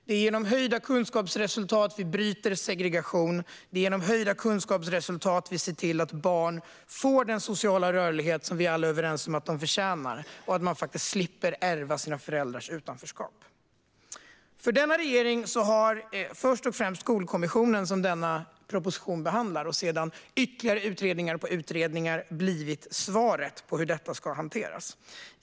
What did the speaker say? Det är genom höjda kunskapsresultat vi bryter segregation och ser till att barn får den sociala rörlighet som vi alla är överens om att de förtjänar och slipper ärva sina föräldrars utanförskap. För denna regering har först och främst Skolkommissionen, som denna proposition behandlar, och därefter ytterligare utredningar blivit svaret på hur detta ska hanteras.